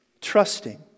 trusting